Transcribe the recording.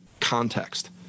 context